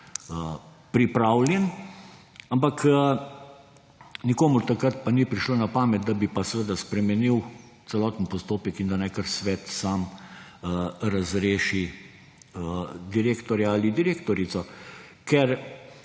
pripravljen. Ampak, nikomur takrat pa ni prišlo na pamet, da bi spremenil celoten postopek in da naj kar Svet sam razreši direktorja ali direktorico.